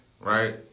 right